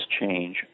change